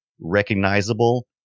recognizable